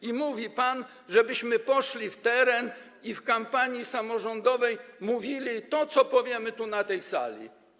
I mówi pan, żebyśmy poszli w teren i w kampanii samorządowej mówili to, o czym powiemy tu, na tej sali.